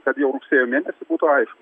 kad jau rugsėjo mėnesį būtų aišku